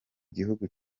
gihugu